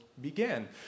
began